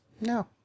no